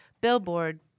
billboard